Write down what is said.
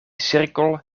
cirkel